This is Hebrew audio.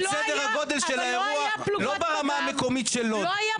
ואת סדר הגודל של האירוע לא ברמה המקומית של לוד,